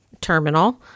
terminal